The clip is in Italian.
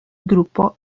gruppo